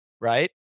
right